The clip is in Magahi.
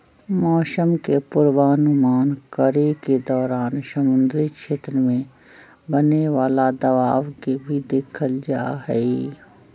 मौसम के पूर्वानुमान करे के दौरान समुद्री क्षेत्र में बने वाला दबाव के भी देखल जाहई